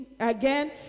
again